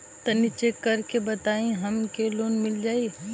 तनि चेक कर के बताई हम के लोन मिल जाई?